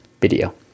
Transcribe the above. video